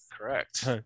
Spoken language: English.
Correct